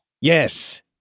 Yes